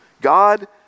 God